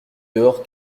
dehors